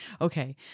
Okay